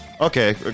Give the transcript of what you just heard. okay